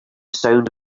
sound